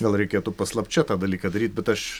gal reikėtų paslapčia tą dalyką daryti bet aš